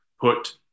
put